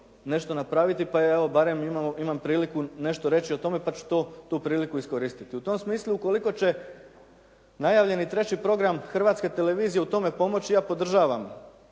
nešto napraviti, pa ja evo barem imam priliku nešto reći o tome pa ću tu priliku iskoristiti. U tom smislu ukoliko će najavljeni treći program Hrvatske televizije u tome pomoći. Ja bih podržao,